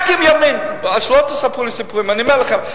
רק עם ימין, שלא תספרו לי סיפורים, אני אומר לכם.